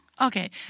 Okay